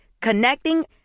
Connecting